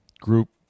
group